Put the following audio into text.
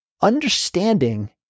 understanding